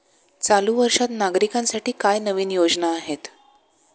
चालू वर्षात नागरिकांसाठी काय नवीन योजना आहेत?